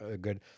good